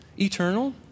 eternal